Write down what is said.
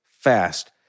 fast